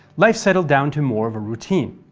life settled down to more of a routine.